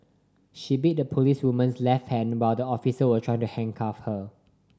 she bit the policewoman's left hand while the officer was trying to handcuff her